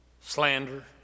slander